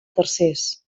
tercers